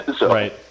Right